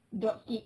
dog kick